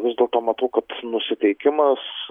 vis dėlto matau kad nusiteikimas